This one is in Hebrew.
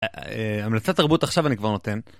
אה... המלצה תרבות עכשיו אני כבר נותן.